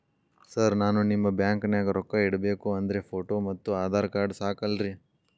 Sir ನಾನು ನಿಮ್ಮ ಬ್ಯಾಂಕನಾಗ ರೊಕ್ಕ ಇಡಬೇಕು ಅಂದ್ರೇ ಫೋಟೋ ಮತ್ತು ಆಧಾರ್ ಕಾರ್ಡ್ ಸಾಕ ಅಲ್ಲರೇ?